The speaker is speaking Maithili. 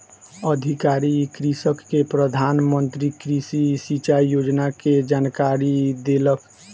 अधिकारी कृषक के प्रधान मंत्री कृषि सिचाई योजना के जानकारी देलक